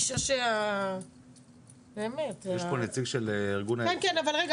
יש לכם